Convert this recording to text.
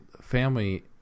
Family